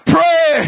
Pray